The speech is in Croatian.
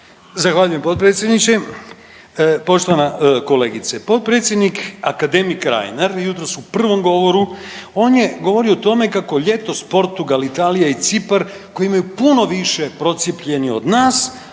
Zahvaljujem potpredsjedniče. Poštovana kolegice, potpredsjednik akademik Reiner jutros u prvom govoru on je govorio o tome kako ljetos Portugal, Italija i Cipar koji imaju puno više procijepljenih od nas,